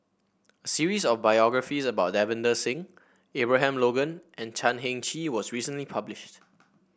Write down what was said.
series of biographies about Davinder Singh Abraham Logan and Chan Heng Chee was recently published